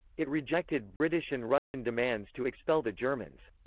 it rejected british and russian demands to expel the germans.